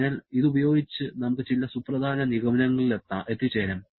അതിനാൽ ഇതുപയോഗിച്ച് നമുക്ക് ചില സുപ്രധാന നിഗമനങ്ങളിൽ എത്തിച്ചേരാം